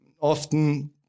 often